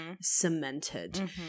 cemented